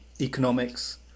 economics